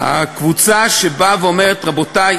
הקבוצה שבאה ואומרת: רבותי,